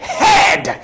head